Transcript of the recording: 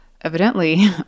evidently